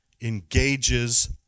engages